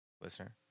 listener